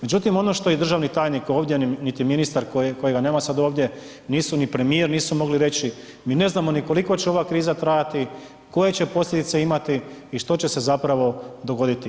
Međutim ono što državni tajnik niti ministar kojega nema sada ovdje nisu ni premije, nisu mogli reći, mi ne znamo ni koliko će ova kriza trajati, koje će posljedice imati i što će se zapravo dogoditi.